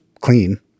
clean